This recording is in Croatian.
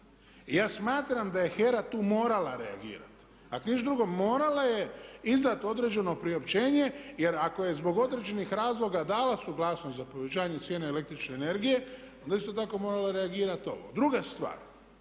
ja smatram da je HERA tu morala reagirati. Ako ništa drugo, morala je izdati određeno priopćenje, jer ako je zbog određenih razloga dala suglasnost za povećanje cijene električne energije, onda je isto tako morala reagirati ovo. Druga stvar